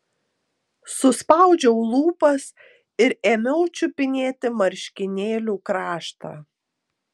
suspaudžiau lūpas ir ėmiau čiupinėti marškinėlių kraštą